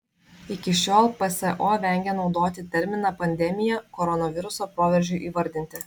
iki šiol pso vengė naudoti terminą pandemija koronaviruso proveržiui įvardinti